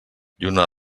lluna